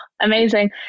amazing